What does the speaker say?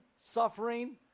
suffering